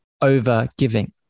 over-giving